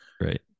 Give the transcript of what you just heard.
Right